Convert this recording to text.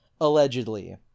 Allegedly